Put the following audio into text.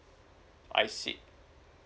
I see